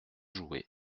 jouer